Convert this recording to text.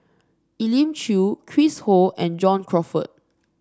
Elim Chew Chris Ho and John Crawfurd